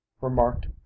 remarked